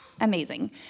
amazing